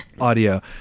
audio